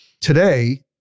today